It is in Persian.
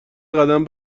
قدم